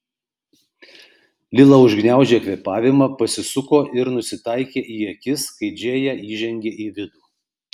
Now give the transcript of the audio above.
lila užgniaužė kvėpavimą pasisuko ir nusitaikė į akis kai džėja įžengė į vidų